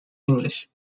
english